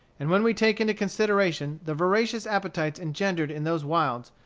and when we take into consideration the voracious appetites engendered in those wilds,